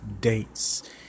dates